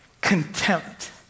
contempt